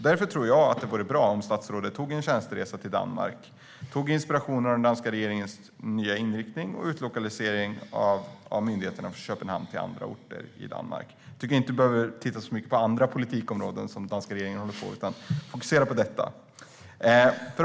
Därför vore det bra om statsrådet gjorde en tjänsteresa till Danmark och tog inspiration av den danska regeringens nya inriktning att utlokalisera myndigheter från Köpenhamn till andra orter i landet. Vi behöver inte titta så mycket på de övriga politikområden som den danska regeringen arbetar med utan i stället fokusera på detta.